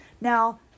now